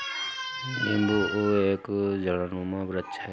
नींबू एक झाड़नुमा वृक्ष है